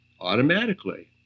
automatically